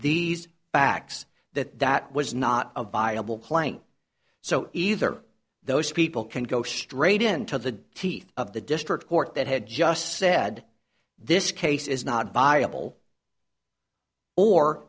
these facts that that was not a viable plank so either those people can go straight into the teeth of the district court that had just said this case is not viable or